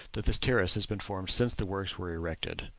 that this terrace has been formed since the works were erected.